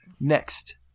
Next